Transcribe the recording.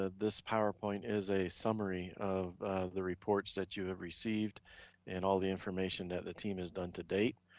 ah this powerpoint is a summary of the reports that you have received and all the information that the team has done to date.